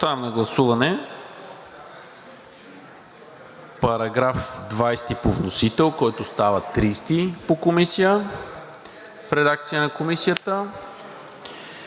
§ 20 по вносител, който става § 30 по Комисия, в редакция на Комисията;